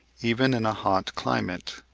even in a hot climate,